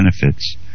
benefits